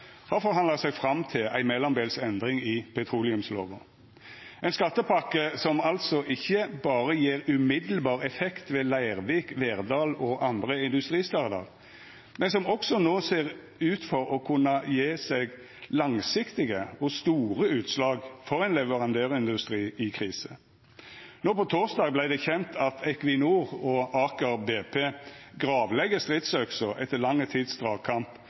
har forhandla seg fram til ei mellombels endring i petroleumslova – ein skattepakke som altså ikkje berre gjev omgåande effekt ved Leirvik, Verdal og andre industristader, men som også no ser ut til å kunna gje langsiktige og store utslag for ein leverandørindustri i krise. No på torsdag vart det kjent at Equinor og Aker BP gravlegg stridsøksa etter lang tids dragkamp